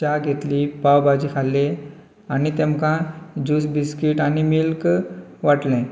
च्या घेतली पाव भाजी खाली आनी तेमकां जूस बिस्कीट आनी मिल्क वाटलें